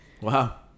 Wow